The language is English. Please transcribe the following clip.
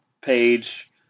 page